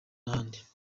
n’ahandi